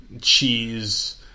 cheese